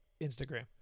Instagram